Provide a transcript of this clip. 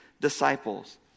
disciples